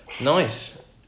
Nice